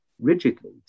rigidly